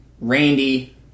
Randy